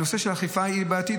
הנושא של אכיפה היא בעייתית.